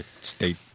state